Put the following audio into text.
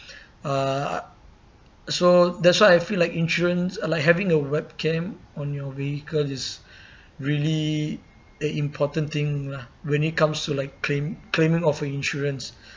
uh so that's why I feel like insurance uh like having a webcam on your vehicle is really a important thing lah when it comes to like claim claim of a insurance